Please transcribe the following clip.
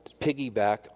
piggyback